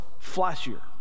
flashier